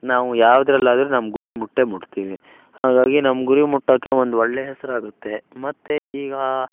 ನಾವು ಯಾವುದಲ್ಲಾದ್ರು ನಮ್ಮ ಗುರಿ ಮುಟ್ಟೇ ಮುಟ್ತೀವಿ ಹಾಗಾಗಿ ನಮ್ಮ ಗುರಿ ಮುಟ್ಟಕ್ಕೆ ಒಂದು ಒಳ್ಳೆಯ ಹೆಸರಾಗುತ್ತೆ ಮತ್ತು ಈಗ